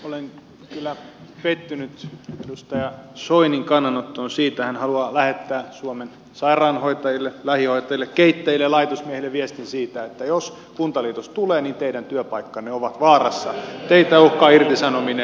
olen kyllä pettynyt edustaja soinin kannanottoon siitä kun hän haluaa lähettää suomen sairaanhoitajille lähihoitajille keittäjille ja laitosmiehille viestin siitä että jos kuntaliitos tulee niin teidän työpaikkanne ovat vaarassa teitä uhkaa irtisanominen